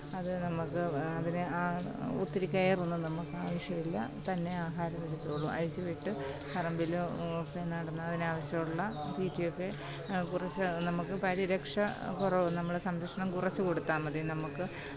അത് നമുക്ക് അതിനെ ഒത്തിരി കെയറൊന്നും നമുക്കാവശ്യമില്ല തന്നെ ആഹാരമെടുത്തോളും അഴിച്ച് വിട്ട് പറമ്പിലും ഒക്കെ നടന്ന് അതിനാവശ്യമുള്ള തീറ്റിയൊക്കെ കുറച്ച് അത് നമുക്ക് പരിരക്ഷ കുറവ് നമ്മൾ സംരക്ഷണം കുറച്ച് കൊടുത്താൽ മതി നമുക്ക്